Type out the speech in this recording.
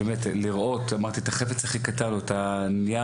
באמת לראות את החפץ הכי קטן או את הנייר.